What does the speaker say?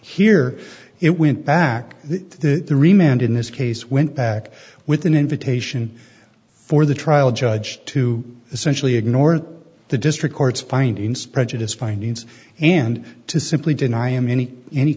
here it went back to the remained in this case went back with an invitation for the trial judge to essentially ignored the district court's fine in spreadsheet is findings and to simply deny him any any